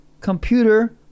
computer